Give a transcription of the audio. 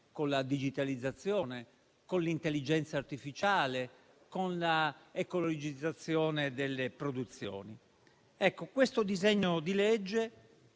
con la digitalizzazione, con l'intelligenza artificiale, con la ecologizzazione delle produzioni. Il disegno di legge